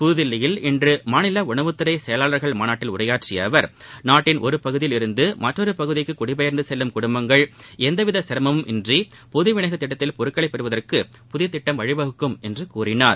புதுதில்லியில் இன்று மாநில உனவுத்துறை செயலர்கள் மாநாட்டில் உரையாற்றிய அவர் நாட்டின் ஒரு பகுதியிலிருந்து மற்றொரு பகுதிக்கு குடிபெயா்ந்து செல்லும் குடும்பங்கள் எவ்வித சிரமமின்றி பொது வினியோகத் திட்டத்தில் பொருட்களைப் பெறுவதற்கு புதிய திட்டம் வழிவகுக்கும் என்றார்